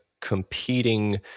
competing